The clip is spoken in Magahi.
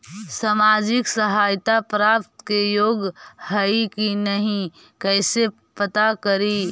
सामाजिक सहायता प्राप्त के योग्य हई कि नहीं कैसे पता करी?